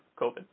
COVID